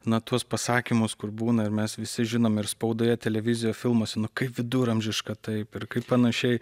na tuos pasakymus kur būna ir mes visi žinom ir spaudoje televizijoje filmuose kaip viduramžiška taip ir kaip panašiai